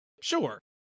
Sure